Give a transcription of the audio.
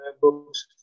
books